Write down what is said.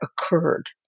occurred